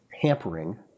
hampering